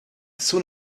soon